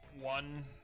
One